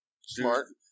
Smart